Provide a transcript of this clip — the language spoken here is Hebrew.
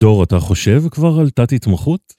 דור אתה חושב כבר על תת תתמחות?